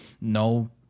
no